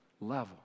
level